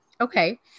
Okay